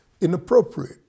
inappropriate